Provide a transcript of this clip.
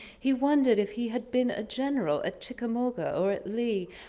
he wondered if he had been a general at chickamauga or at lee.